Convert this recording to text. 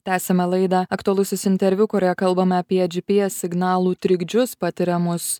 tęsiame laidą aktualusis interviu kurioje kalbame apie gps signalų trikdžius patiriamus